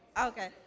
Okay